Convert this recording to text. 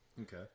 Okay